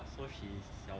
so he's